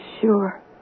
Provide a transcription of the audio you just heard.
sure